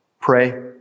pray